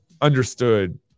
understood